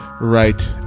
right